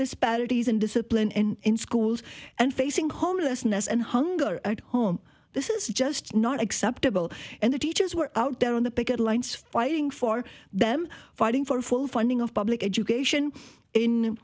disparities and discipline and in schools and facing homelessness and hunger at home this is just not acceptable and the teachers were out there on the picket lines fighting for them fighting for full funding of public education in